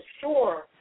sure